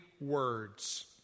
words